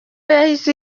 yahise